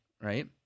right